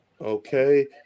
Okay